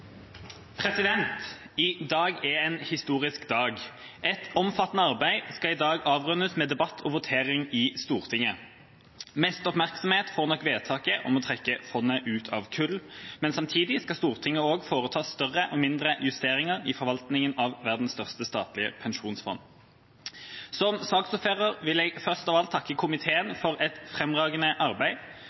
en historisk dag. Et omfattende arbeid skal i dag avrundes med debatt og votering i Stortinget. Mest oppmerksomhet får nok vedtaket om å trekke fondet ut av kull, men samtidig skal Stortinget også foreta større og mindre justeringer i forvaltninga av verdens største statlige pensjonsfond. Som saksordfører vil jeg først av alt takke komiteen for et fremragende arbeid.